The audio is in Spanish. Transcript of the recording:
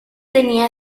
tenía